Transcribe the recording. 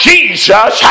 Jesus